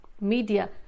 media